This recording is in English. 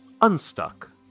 unstuck